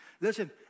Listen